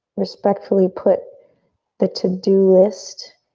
respectfully, put the to-do list,